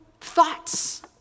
thoughts